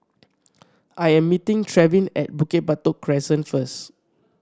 I am meeting Trevin at Bukit Batok Crescent first